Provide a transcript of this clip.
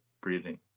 breathing